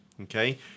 Okay